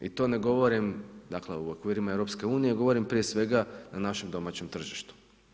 I to ne govorim dakle, u okvirima EU, govorim prije svega na našem domaćem tržištu.